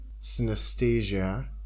synesthesia